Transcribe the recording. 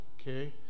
okay